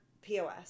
pos